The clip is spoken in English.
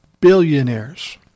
billionaires